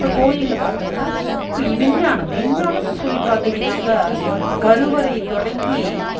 இப்போ கோயிலில் பார்த்தோம்னா இப்போ விஞ்ஞானம் விஞ்ஞானம்னு சொல்லி பார்த்தீங்கன்னாக்கா கருவறை தொடங்கி